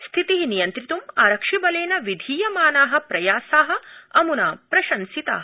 स्थिति नियन्त्रित्म् आरक्षिबलेन विधीयमाना प्रयासा अम्ना प्रशंसिता